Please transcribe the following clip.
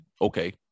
okay